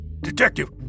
Detective